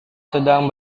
sedang